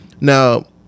Now